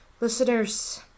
listeners